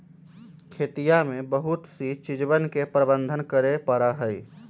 खेतिया में बहुत सी चीजवन के प्रबंधन करे पड़ा हई